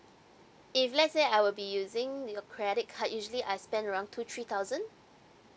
if let say I will be using your credit card usually I spend around two three thousand